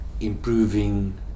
improving